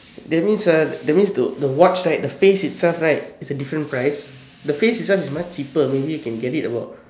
that means uh that means the the watch right the face itself right is a different price the face itself is much cheaper maybe you can get it about